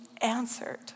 answered